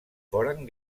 foren